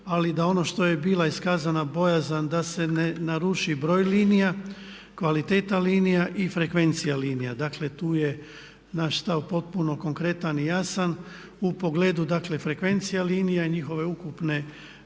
ali da ono što je bila iskazana bojazan da se ne naruši broj linija, kvaliteta linija i frekvencija linija. Dakle tu je naš stav potpuno konkretan i jasan u pogledu dakle frekvencija linija i njihove ukupne